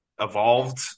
evolved